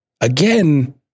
again